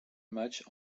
match